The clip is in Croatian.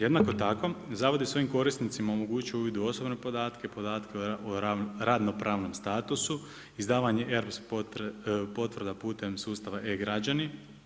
Jednako tako zavod je svojim korisnicima omogućio uvid u osobne podatke, podatke o radno pravnom statusu, izdavanje e-potvrda putem sustava e-građani.